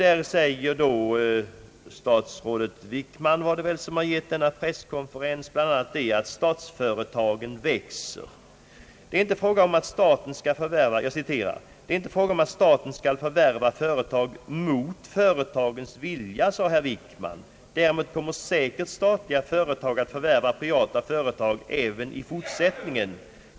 Där säger statsrådet Wickman, som har gett denna presskonferens, bl.a. att statsföretagen växer. »Det är inte fråga om att staten skall förvärva företag mot företagens vilja», sade herr Wickman. »Däremot kommer säkert statliga företag att förvärva privata företag även i fortsättningen.